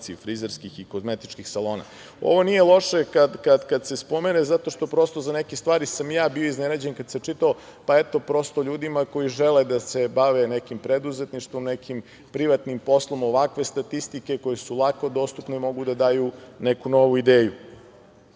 frizerskih i kozmetičkih salona. Ovo nije loše kad se spomene zato što prosto za neke stvari sam ja bio iznenađen kada sam čitao, pa eto prosto ljudima koji žele da se bave nekim preduzetništvom, nekim privatnim poslom ovakve statistike koje su lako dostupne mogu da daju neku novu ideju. Iz